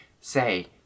say